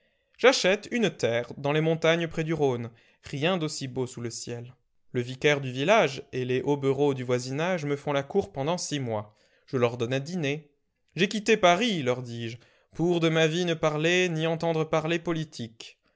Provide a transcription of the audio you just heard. j'achète une terre dans les montagnes près du rhône rien d'aussi beau sous le ciel le vicaire du village et les hobereaux du voisinage me font la cour pendant six mois je leur donne à dîner j'ai quitté paris leur dis-je pour de ma vie ne parler ni n'entendre parler politique